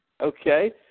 okay